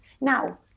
Now